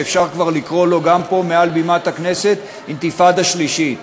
שאפשר כבר לקרוא לו גם פה מעל בימת הכנסת "אינתיפאדה שלישית".